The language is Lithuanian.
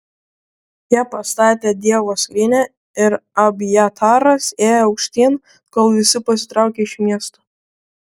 jie pastatė dievo skrynią ir abjataras ėjo aukštyn kol visi pasitraukė iš miesto